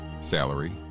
salary